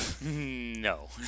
No